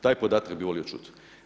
Taj podatak bi volio čuti.